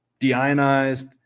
deionized